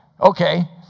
Okay